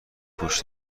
گوش